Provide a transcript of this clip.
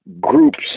Groups